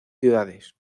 ciudades